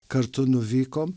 kartu nuvykom